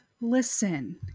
listen